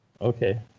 Okay